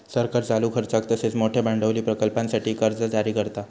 सरकार चालू खर्चाक तसेच मोठयो भांडवली प्रकल्पांसाठी कर्जा जारी करता